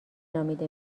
نامیده